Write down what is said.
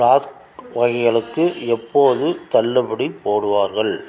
flask வகைகளுக்கு எப்போது தள்ளுபடி போடுவார்கள்